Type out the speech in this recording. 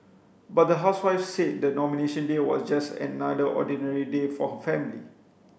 but the housewife said the Nomination Day was just another ordinary day for her family